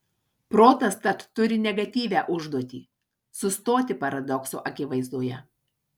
protas tad turi negatyvią užduotį sustoti paradokso akivaizdoje